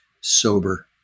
sober